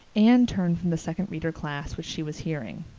anne turned from the second reader class which she was hearing.